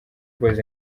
boyz